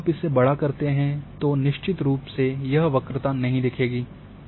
लेकिन जब आप इसे बड़ा करते हैं तो निश्चित रूप से यह वक्रता नहीं दिखेगी